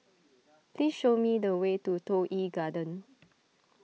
please show me the way to Toh Yi Garden